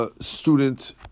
student